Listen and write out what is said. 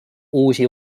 uusi